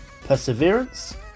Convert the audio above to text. Perseverance